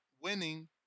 winning